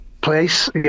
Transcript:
place